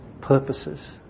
purposes